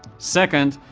second,